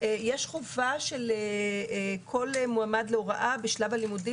יש חובה של כל מועמד להוראה בשלב הלימודים